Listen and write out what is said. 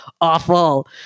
awful